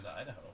Idaho